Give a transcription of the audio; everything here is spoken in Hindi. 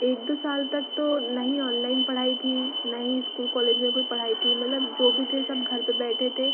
एक दो साल तक तो न ही ऑनलाइन पढ़ाई थी न ही इस्कूल कॉलेज में कोई पढ़ाई थी मतलब जो भी थे सब घर पे बैठे थे